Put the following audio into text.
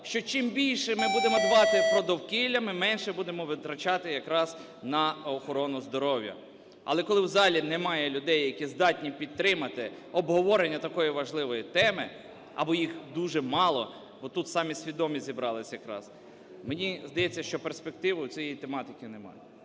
що, чим більше ми будемо дбати про довкілля, ми менше будемо витрачати якраз на охорону здоров'я. Але коли в залі немає людей, які здатні підтримати обговорення такої важливої теми або їх дуже мало, бо тут самі свідомі зібрались якраз. Мені здається, що перспективи у цієї тематики немає.